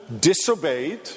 disobeyed